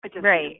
Right